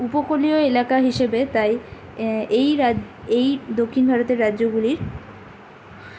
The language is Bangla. উপকূলীয় এলাকা হিসেবে তাই এই রা এই দক্ষিণ ভারতের রাজ্যগুলি